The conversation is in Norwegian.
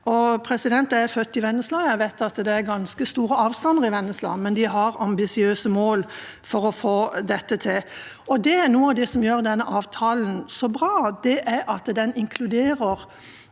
bygda. Jeg er født i Vennesla og vet at det er ganske store avstander i Vennesla, men de har ambisiøse mål for å få til dette. Noe av det som gjør denne avtalen så bra, er at den inkluderer